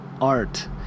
art